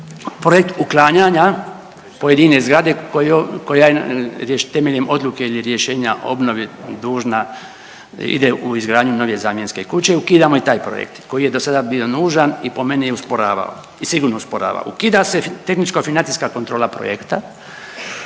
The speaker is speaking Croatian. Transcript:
projekt uklanjanja pojedine zgrade temeljem odluke ili rješenja o obnovi dužna, ide u izgradnju nove zamjenske kuće, ukidamo i taj projekt koji je do sada bio nužan i po meni usporavao i sigurno usporavao. Ukida se tehničko-financijska kontrola projekta